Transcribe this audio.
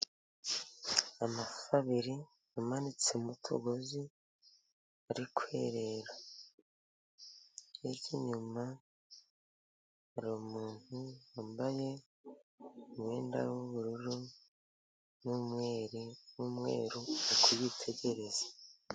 Amafi abiri amanitse mu tugozi ari kwerera. Hirya inyuma hari umuntu wambaye umwenda w'ubururu n'umweru ari kuyitegereza.